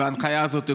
שההנחיה הזאת תקודם,